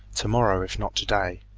to-morrow if not to-day.